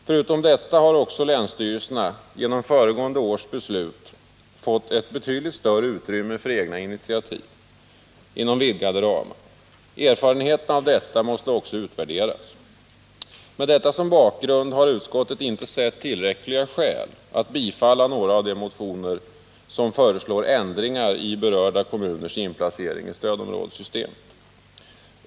Förutom detta har också länsstyrelserna - genom föregående års beslut fått ett betydligt större utrymme för egna initiativ inom vidgade ramar. Erfarenheterna av detta måste också utvärderas. Med detta som bakgrund har utskottet inte sett tillräckliga skäl att tillstyrka några av de motioner där man föreslår ändringar i berörda kommuners inplacering i stödområdessystemet.